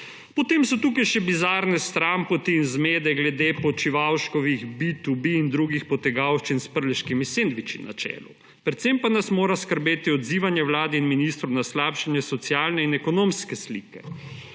Potem so tukaj še bizarne stranpoti in zmede glede Počivalškovih B2B in drugih potegavščin s prleškimi sendviči na čelu. Predvsem pa nas mora skrbeti odzivanje Vlade in ministrov na slabšanje socialne in ekonomske slike.